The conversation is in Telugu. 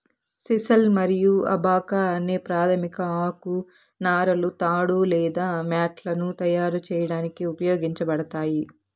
సిసల్ మరియు అబాకా అనే ప్రాధమిక ఆకు నారలు తాడు లేదా మ్యాట్లను తయారు చేయడానికి ఉపయోగించబడతాయి